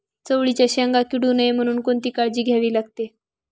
चवळीच्या शेंगा किडू नये म्हणून कोणती काळजी घ्यावी लागते?